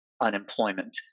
unemployment